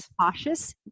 cautious